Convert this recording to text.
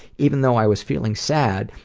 even though i was feeling sad,